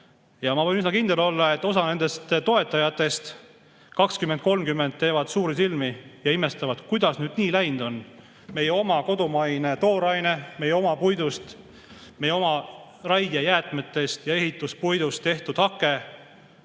Ja ma võin üsna kindel olla, et osa nendest toetajatest teevad 2030 suured silmad ja imestavad, kuidas nüüd nii läinud on: meie oma kodumaine tooraine, meie oma puidust, meie oma raiejäätmetest ja ehituspuidust tehtud hake